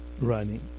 running